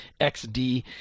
XD